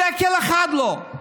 שקל אחד לא.